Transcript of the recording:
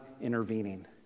intervening